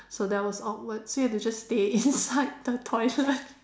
so that was awkward so you have to just stay inside the toilet